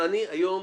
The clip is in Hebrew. אבל אני מצטער,